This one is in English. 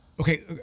Okay